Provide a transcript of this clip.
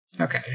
Okay